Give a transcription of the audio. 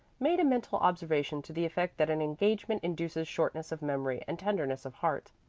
made a mental observation to the effect that an engagement induces shortness of memory and tenderness of heart.